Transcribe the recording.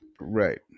right